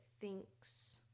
thinks